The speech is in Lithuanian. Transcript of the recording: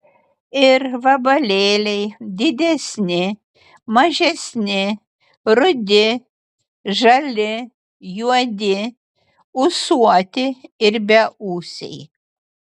ir vabalėliai didesni mažesni rudi žali juodi ūsuoti ir beūsiai